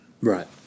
Right